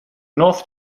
north